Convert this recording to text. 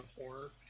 horror